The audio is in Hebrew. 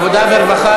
ועדת העבודה והרווחה.